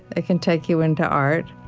it can take you into art.